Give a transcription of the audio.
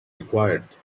required